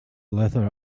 leather